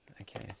Okay